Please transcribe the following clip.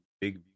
Big